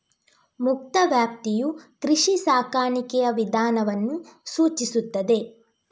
ಮುಕ್ತ ವ್ಯಾಪ್ತಿಯು ಕೃಷಿ ಸಾಕಾಣಿಕೆಯ ವಿಧಾನವನ್ನು ಸೂಚಿಸುತ್ತದೆ